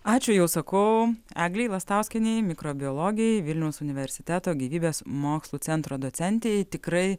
ačiū jau sakau eglei lastauskienei mikrobiologei vilniaus universiteto gyvybės mokslų centro docentei tikrai